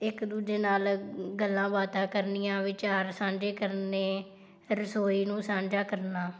ਇੱਕ ਦੂਜੇ ਨਾਲ ਗੱਲਾਂ ਬਾਤਾਂ ਕਰਨੀਆਂ ਵਿਚਾਰ ਸਾਂਝੇ ਕਰਨੇ ਰਸੋਈ ਨੂੰ ਸਾਂਝਾ ਕਰਨਾ